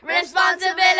responsibility